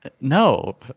No